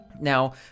Now